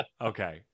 okay